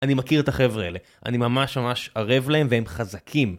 אני מכיר את החבר'ה האלה, אני ממש ממש ערב להם והם חזקים